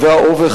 האובך.